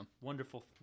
Wonderful